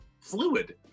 fluid